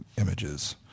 images